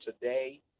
today